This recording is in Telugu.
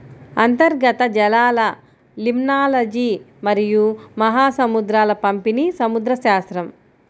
అంతర్గత జలాలలిమ్నాలజీమరియు మహాసముద్రాల పంపిణీసముద్రశాస్త్రం